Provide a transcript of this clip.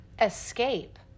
Escape